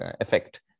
effect